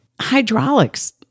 Hydraulics